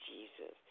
Jesus